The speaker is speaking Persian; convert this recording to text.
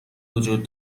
وجود